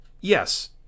Yes